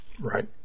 right